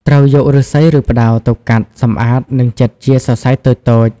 ត្រូវយក ឫស្សី ឬ ផ្តៅ ទៅកាត់ សម្អាត និងចិតជាសរសៃតូចៗ។